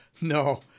no